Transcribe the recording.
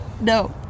No